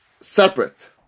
separate